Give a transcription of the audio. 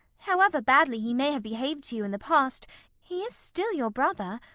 however badly he may have behaved to you in the past he is still your brother.